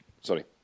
sorry